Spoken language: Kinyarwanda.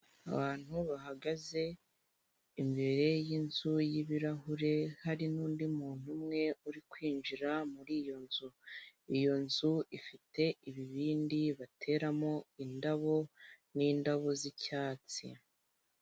Abantu bahagaze imbere yinzu y'ibirahure hari nundi muntu umwe uri kwinjira muri iyo nzu . Iyo nzu ifite ibibindi bateramo indabo n'indabo z'icyatsi .